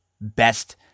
best